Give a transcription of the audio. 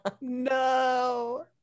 No